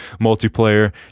multiplayer